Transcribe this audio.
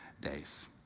days